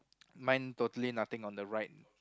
mine totally nothing on the right